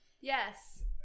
Yes